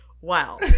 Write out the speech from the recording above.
wow